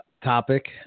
topic